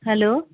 hello